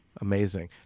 Amazing